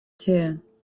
too